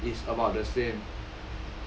it's about the same